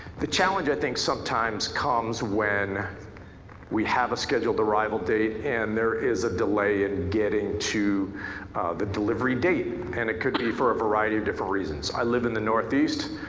the challenge, i think, sometimes comes when we have a scheduled arrival date and there is a delay in getting to the delivery date. and it could be for a variety of different reasons. i live in the northeast,